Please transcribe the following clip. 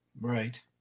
Right